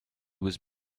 was